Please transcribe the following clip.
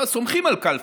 סומכים על כלפון,